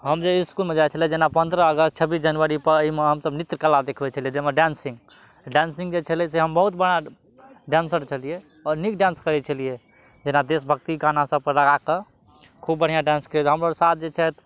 हम जै इसकुलमे जाइ छलियै जेना पन्द्रह अगस्त छब्बीस जनवरीपर अइमे हमसभ नृत्यकला देखबय छलै जेना डान्सिंग डांसिंग जे छलै से हम बहुत बड़ा डांसर छलियै आओर नीक डांस करय छलियै जेना देशभक्ति गाना सभ पर लगाकऽ खूब बढ़िआँ डांस करय हमर साथ जे छथि